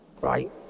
right